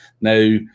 Now